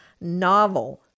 novel